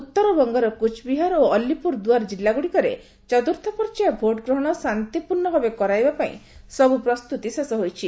ଉତ୍ତର ବଙ୍ଗର କୁଚ୍ବିହାର ଓ ଅଲୀପୁର ଦୁଆର କିଲ୍ଲାଗୁଡ଼ିକରେ ଚତୁର୍ଥ ପର୍ଯ୍ୟାୟ ଭୋଟ୍ ଗ୍ରହଣ ଶାନ୍ତିପୂର୍ଣ୍ଣ ଭାବେ କରାଇବା ପାଇଁ ସବୁ ପ୍ରସ୍ତୁତି ଶେଷ ହୋଇଛି